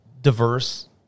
diverse